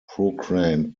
proclaimed